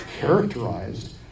characterized